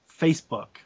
facebook